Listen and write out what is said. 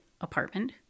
apartment